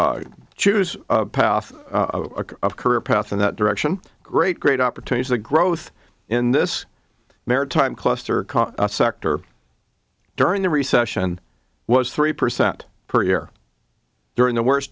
choose path a career path in that direction great great opportunity the growth in this maritime cluster sector during the recession was three percent per year during the worst